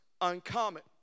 uncommon